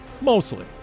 mostly